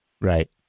Right